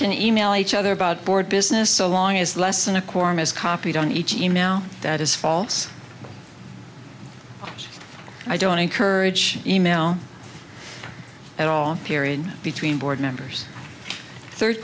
can email each other about board business so long as less than a quorum is copied on each email that is false i don't encourage email at all period between board members third